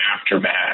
aftermath